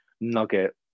nugget